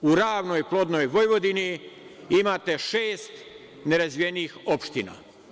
U ravnoj, plodnoj Vojvodini imate šest nerazvijenih opština.